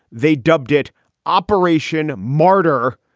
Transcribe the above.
they dubbed it operation martyr.